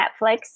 Netflix